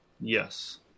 yes